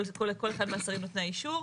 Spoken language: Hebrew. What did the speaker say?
כל אחד מהשרים נותני האישור,